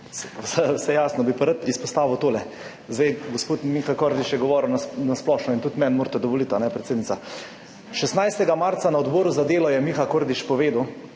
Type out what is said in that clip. vse jasno, bi pa rad izpostavil tole. Gospod Miha Kordiš je govoril na splošno in tudi meni morate dovoliti, predsednica. 16. marca je na Odboru za delo Miha Kordiš povedal,